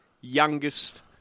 youngest